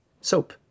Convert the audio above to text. soap